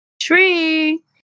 tree